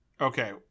okay